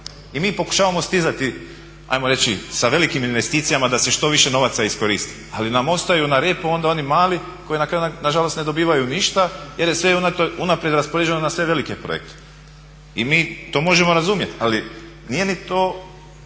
I mi pokušavamo stizati hajmo reći sa velikim investicijama da se što više novaca iskoristi, ali nam ostaju na repu onda oni mali koji na kraju, na žalost ne dobivaju ništa jer je sve unaprijed raspoređeno na sve velike projekte. I mi to možemo razumjeti, ali nije li to,